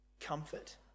comfort